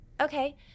Okay